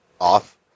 Off